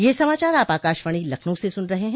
ब्रे क यह समाचार आप आकाशवाणी लखनऊ से सुन रहे हैं